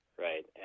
Right